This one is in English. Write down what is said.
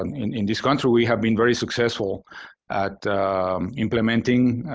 um in in this country, we have been very successful at implementing,